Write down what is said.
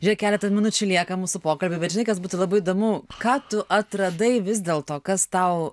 žiūrėk keletą minučių lieka mūsų pokalbiui bet žinai kas būtų labai įdomu ką tu atradai vis dėlto kas tau